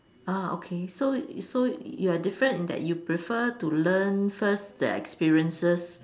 ah okay so so you're different in that you prefer to learn first the experiences